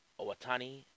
Owatani